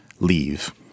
leave